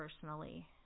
personally